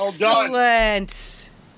Excellent